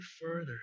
further